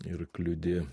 ir kliudė